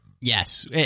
Yes